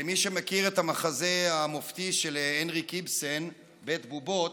למי שמכיר את המחזה המופתי של הנריק איבסן "בית בובות",